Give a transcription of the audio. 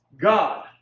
god